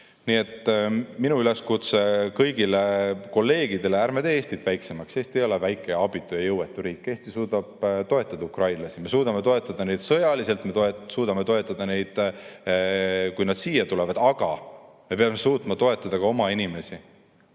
Minu üleskutse kõigile kolleegidele on: ärme teeme Eestit väiksemaks! Eesti ei ole väike, abitu ja jõuetu riik. Eesti suudab toetada ukrainlasi, me suudame toetada neid sõjaliselt, me suudame toetada neid siis, kui nad siia tulevad. Aga me peame suutma toetada ka oma inimesi